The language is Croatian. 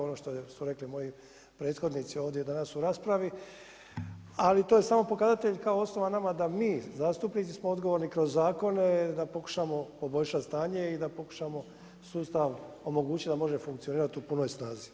Ono što su rekli moji prethodnici ovdje danas u raspravi, ali to je samo pokazatelj kao osnova nama da mi zastupnici smo odgovorni kroz zakone da pokušamo poboljšat stanje i da pokušamo sustav omogućit da može funkcionirat u punoj snazi.